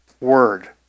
word